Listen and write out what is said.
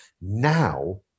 Now